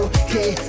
okay